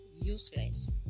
useless